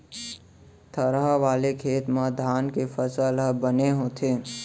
थरहा वाले खेत म धान के फसल ह बने होथे